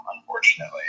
Unfortunately